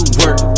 work